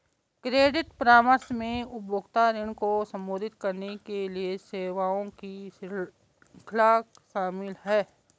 credit परामर्श में उपभोक्ता ऋण को संबोधित करने के लिए सेवाओं की श्रृंखला शामिल है